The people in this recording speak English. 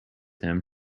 him